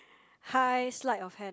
high sleight of hand